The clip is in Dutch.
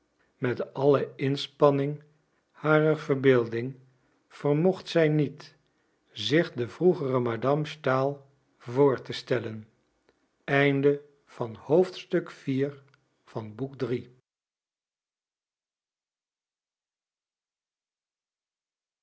met alle inspanning harer verbeelding vermocht zij niet zich de vroegere madame stahl voor te stellen